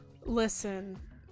Listen